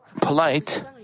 polite